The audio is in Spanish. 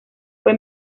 fue